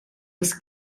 was